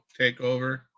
takeover